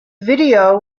video